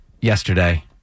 yesterday